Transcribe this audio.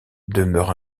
demeure